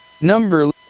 number